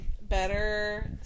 better